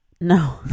No